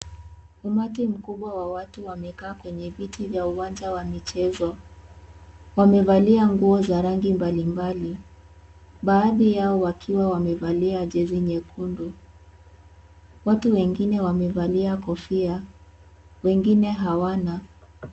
Umati mkubwa wa watu wamekaa kwenye viti vya uwanja wa michezo. Wamevalia nguo za rangi mbalimbali. Baadhi yao wakiwa wamevalia jezi nyekundu. Watu wengine wamevalia kofia wengine hawana.